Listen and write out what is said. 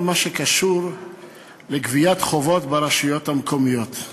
מה שקשור לגביית חובות ברשויות המקומיות.